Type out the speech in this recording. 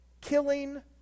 Killing